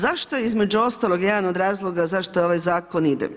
Zašto je između ostalog jedan od razloga zašto ovaj zakon ide?